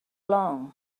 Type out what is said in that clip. long